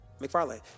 McFarlane